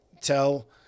tell